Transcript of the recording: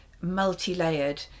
multi-layered